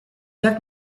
jak